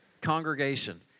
congregation